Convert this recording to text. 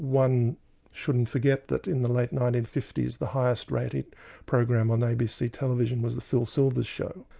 one shouldn't forget that in the late nineteen fifty s the highest rating program on abc television was the phil silvers show,